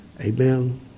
Amen